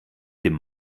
dem